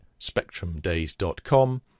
SpectrumDays.com